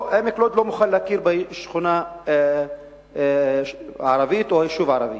עמק לוד לא מוכנה להכיר בשכונה הערבית או היישוב הערבי.